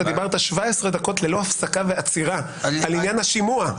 אתה דיברת 17 דקות ללא הפסקה ועצירה על עניין השימוע.